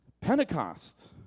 Pentecost